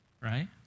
right